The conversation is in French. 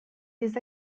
des